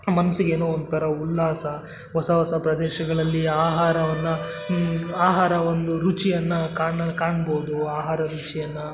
ಮನ್ಸಿಗೇನೋ ಒಂಥರ ಉಲ್ಲಾಸ ಹೊಸ ಹೊಸ ಪ್ರದೇಶಗಳಲ್ಲಿ ಆಹಾರವನ್ನು ಆಹಾರ ಒಂದು ರುಚಿಯನ್ನು ಕಾಣಲು ಕಾಣ್ಬೌದು ಆಹಾರ ರುಚಿಯನ್ನು